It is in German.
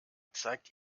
zeigt